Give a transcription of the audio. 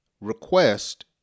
request